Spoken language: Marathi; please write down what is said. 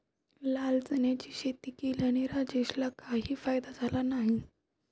लाल चण्याची शेती केल्याने राजेशला काही फायदा झाला नाही